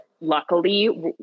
luckily